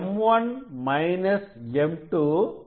M1 M2 6